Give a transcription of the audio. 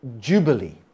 jubilee